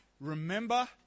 remember